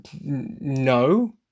no